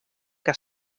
que